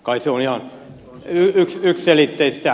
kai se on ihan yksiselitteistä